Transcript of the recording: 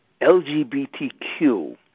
LGBTQ